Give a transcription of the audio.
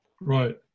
Right